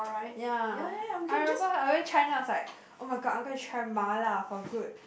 ya I remember I went China I was like oh-my-god I'm gonna try mala for good